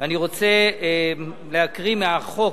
ואני רוצה להקריא מהחוק